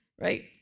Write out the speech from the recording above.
right